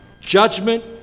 Judgment